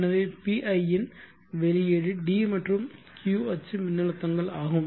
எனவே PI இன் வெளியீடு d மற்றும் q அச்சு மின்னழுத்தங்கள் ஆகும்